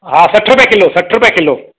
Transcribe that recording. हा सठि रुपये किलो सठि रुपये किलो